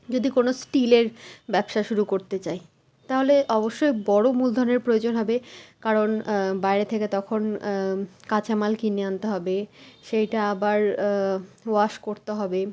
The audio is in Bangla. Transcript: যদি কোনও স্টিলের ব্যবসা শুরু করতে চায় তাহলে অবশ্যই বড়ো মূলধনের প্রয়োজন হবে কারণ বাইরে থেকে তখন কাঁচামাল কিনে আনতে হবে সেইটা আবার ওয়াশ করতে হবে